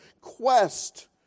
Quest